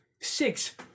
six